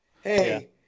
Hey